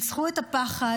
ניצחו את הפחד,